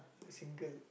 single